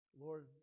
Lord